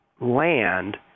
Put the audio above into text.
land